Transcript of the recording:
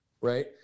right